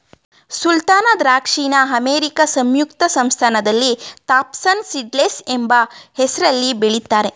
ಸುಲ್ತಾನ ದ್ರಾಕ್ಷಿನ ಅಮೇರಿಕಾ ಸಂಯುಕ್ತ ಸಂಸ್ಥಾನದಲ್ಲಿ ಥಾಂಪ್ಸನ್ ಸೀಡ್ಲೆಸ್ ಎಂಬ ಹೆಸ್ರಲ್ಲಿ ಬೆಳಿತಾರೆ